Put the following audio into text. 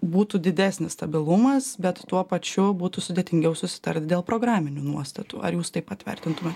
būtų didesnis stabilumas bet tuo pačiu būtų sudėtingiau susitart dėl programinių nuostatų ar jūs taip pat vertintumėt